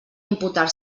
imputar